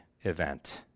event